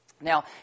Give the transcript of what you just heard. Now